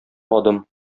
адым